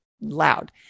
loud